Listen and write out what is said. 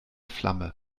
flamme